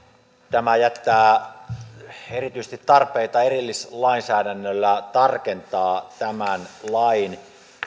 tämä jättää erityisesti tarpeita erillislainsäädännöllä tarkentaa tämän lain